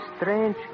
strange